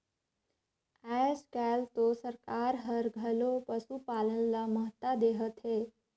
आयज कायल तो सरकार हर घलो पसुपालन ल महत्ता देहत हे